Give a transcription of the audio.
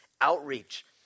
outreach